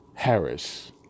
Harris